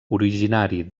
originari